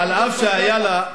אף שהיה לה,